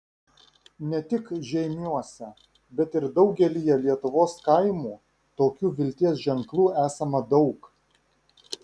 ne tik žeimiuose bet ir daugelyje lietuvos kaimų tokių vilties ženklų esama daug